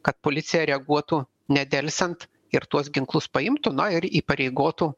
kad policija reaguotų nedelsiant ir tuos ginklus paimtų na ir įpareigotų